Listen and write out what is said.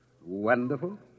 Wonderful